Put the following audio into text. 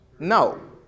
No